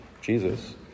Jesus